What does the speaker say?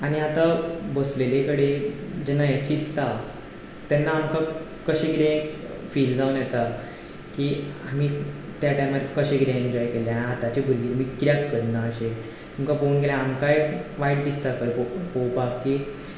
आनी आतां बसलेले कडेन जेन्ना हें चिंत्ता तेन्ना आमकां कशें कितें फील जावन येता की आमी त्या टायमार कशें कितें इन्जॉय केल्लें आतांची भुरगींय बी कित्याक करना अशें तांकां पळोवूंक गेल्यार आमकांय वायट दिसता पळोवपाक की